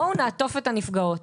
בואו נעטוף את הנפגעות.